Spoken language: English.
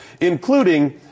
including